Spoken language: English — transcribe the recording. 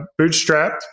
bootstrapped